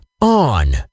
on